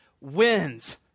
wins